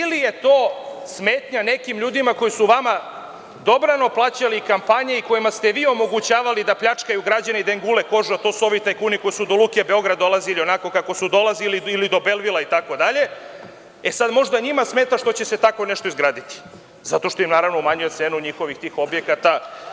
Da li je možda to smetnja nekim ljudima koji su vama dobrano plaćali kampanje i kojima ste vi omogućavali da pljačkaju građane i da im gule kožu, a to su ovi tajkuni koji su do Luke Beograd dolazili onako kako su dolazili ili do „Belvila“ i možda njima smeta što će se tako nešto izgraditi, zato što umanjuje cenu njihovih objekata?